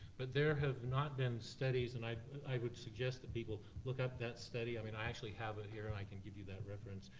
but there have not been studies, and i i would suggest that people look up that study, i mean i actually have it here and i can give you that reference,